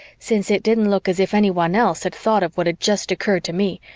since it didn't look as if anyone else had thought of what had just occurred to me,